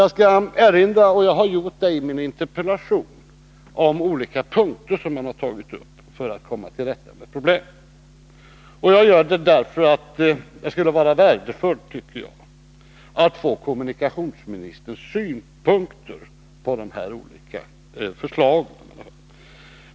Jag vill, liksom jag har gjort i min interpellation, erinra om de olika punkter som har tagits upp i det syftet, och jag gör detta eftersom det skulle vara värdefullt att få kommunikationsministerns synpunkter på de olika förslagen.